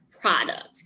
product